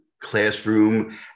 classroom